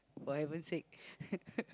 for heaven's sake